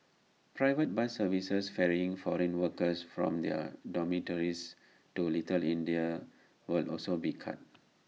private bus services ferrying foreign workers from their dormitories to little India will also be cut